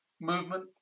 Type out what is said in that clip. Movement